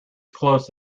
close